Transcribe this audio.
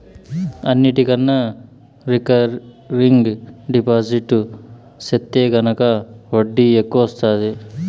అన్నిటికన్నా recurring deposit సెత్తే గనక ఒడ్డీ ఎక్కవొస్తాది